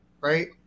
right